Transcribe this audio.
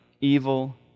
evil